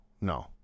No